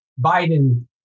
Biden